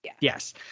Yes